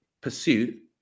pursuit